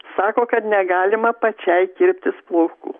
sako kad negalima pačiai kirptis plaukų